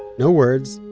no words.